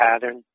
pattern